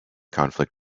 conflict